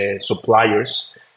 suppliers